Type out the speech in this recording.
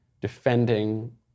defending